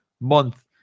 month